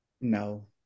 No